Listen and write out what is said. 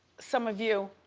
some of you,